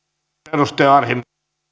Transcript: arvoisa herra